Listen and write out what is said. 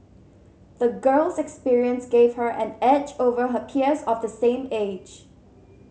the girl's experience gave her an edge over her peers of the same age